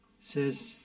says